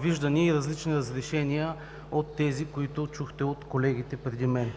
виждания и различни разрешения от тези, които чухте от колегите преди мен.